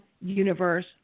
universe